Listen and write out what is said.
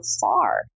far